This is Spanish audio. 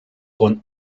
con